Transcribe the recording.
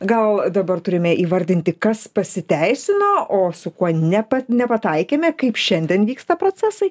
gal dabar turime įvardinti kas pasiteisino o su kuo nepa nepataikėme kaip šiandien vyksta procesai